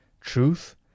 Truth